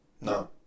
No